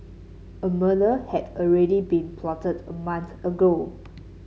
a murder had already been plotted a month ago